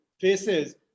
faces